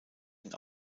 den